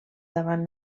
davant